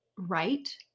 right